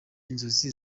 inzozi